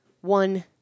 one